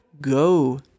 go